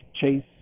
Chase